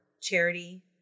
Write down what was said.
charity